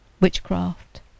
witchcraft